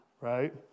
right